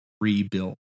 rebuilt